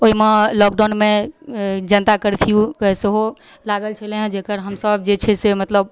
ओइमे लॉकडाउनमे जनता कर्फ्यूके सेहो लागल छलै हँ जकर हमसब जे छै से